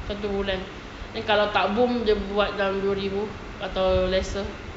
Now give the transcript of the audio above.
satu bulan then kalau tak boom dia buat dalam dua ribu atau lesser